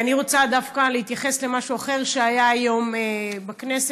אני רוצה דווקא להתייחס למשהו אחר שהיה היום בכנסת.